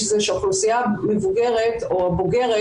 זה שהאוכלוסייה המבוגרת או הבוגרת,